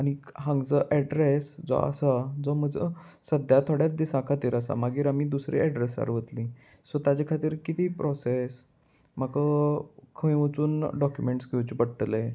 आनीक हांगचो एड्रेस जो आसा जो म्हजो सद्या थोड्याच दिसां खातीर आसा मागीर आमी दुसरी एड्रेसार वतली सो ताजे खातीर कितें प्रोसेस म्हाका खंय वचून डॉक्युमेंट्स घेवचे पडटले